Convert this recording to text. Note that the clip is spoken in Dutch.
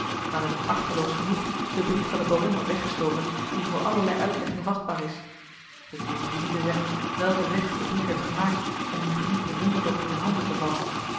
waarin ik achteloos genoeg den brief van den baron had weggestoken die voor allerlei uitlegging vatbaar is ik behoef u niet te zeggen welken weg de brief heeft gemaakt om uw vriend den wonderdokter in handen te vallen